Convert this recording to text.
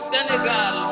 Senegal